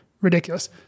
ridiculous